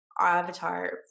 avatar